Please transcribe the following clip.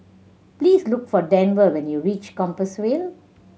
please look for Denver when you reach Compassvale